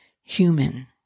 human